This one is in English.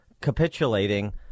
capitulating